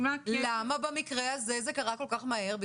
למה במקרה הזה זה קרה כל-כך מהר,